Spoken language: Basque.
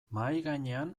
mahaigainean